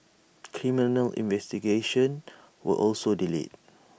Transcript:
criminal investigations were also delayed